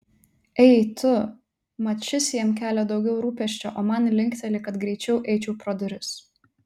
ei tu mat šis jam kelia daugiau rūpesčio o man linkteli kad greičiau eičiau pro duris